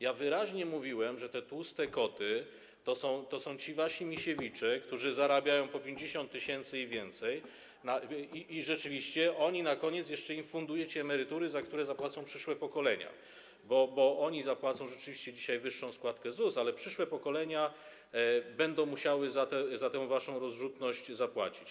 Ja wyraźnie mówiłem, że te tłuste koty to są ci wasi Misiewicze, którzy zarabiają po 50 tys. i więcej, i rzeczywiście na koniec jeszcze im fundujecie emerytury, za które zapłacą przyszłe pokolenia, bo oni rzeczywiście zapłacą dzisiaj wyższą składkę ZUS, ale przyszłe pokolenia będą musiały za tę waszą rozrzutność zapłacić.